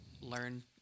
learn